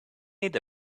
need